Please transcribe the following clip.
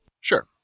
Sure